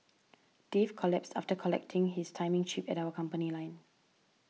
Dave collapsed after collecting his timing chip at our company line